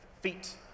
Feet